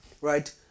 Right